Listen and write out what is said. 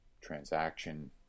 transaction